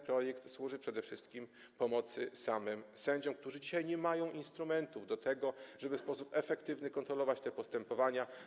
Projekt służy przede wszystkim pomocy samym sędziom, którzy dzisiaj nie mają instrumentów do tego, żeby w sposób efektywny kontrolować te postępowania.